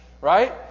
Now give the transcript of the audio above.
Right